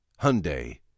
Hyundai